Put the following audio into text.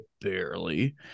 Barely